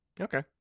Okay